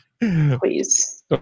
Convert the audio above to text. Please